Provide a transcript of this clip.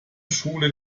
schule